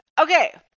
Okay